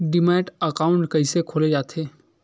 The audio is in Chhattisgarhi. डीमैट अकाउंट कइसे खोले जाथे?